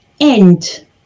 end